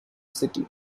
city